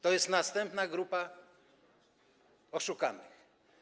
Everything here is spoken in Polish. To jest następna grupa oszukanych.